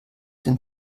den